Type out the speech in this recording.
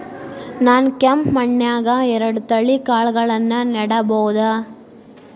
ನಾನ್ ಕೆಂಪ್ ಮಣ್ಣನ್ಯಾಗ್ ಎರಡ್ ತಳಿ ಕಾಳ್ಗಳನ್ನು ನೆಡಬೋದ?